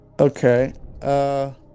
Okay